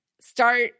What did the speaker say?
start